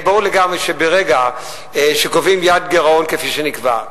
ברור לגמרי שברגע שקובעים יעד גירעון כפי שנקבע,